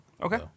Okay